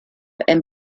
and